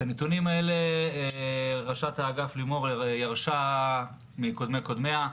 את הנתונים האלה ראשת האגף לימור ירשה מקודמי קודמיה.